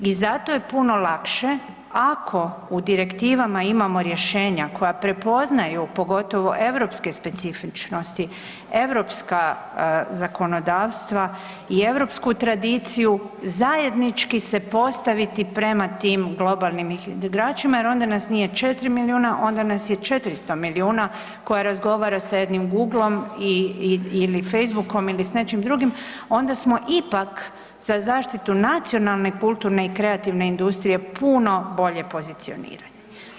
I zato je puno lakše ako u direktivama imamo rješenja koja prepoznaju pogotovo europske specifičnosti, europska zakonodavstva i europsku tradiciju zajednički se postaviti prema tim globalnim igračima jer onda nas nije 4 milijuna onda nas 400 milijuna koje razgovara sa jednim Google-om ili Facebook-om ili s nečim drugim, onda smo ipak za zaštitu nacionalne, kulturne i kreativne industrije puno bolje pozicionirani.